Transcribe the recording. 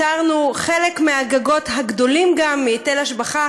פטרנו חלק מהגגות הגדולים גם מהיטל השבחה